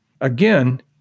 Again